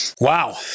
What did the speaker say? Wow